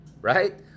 right